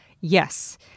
yes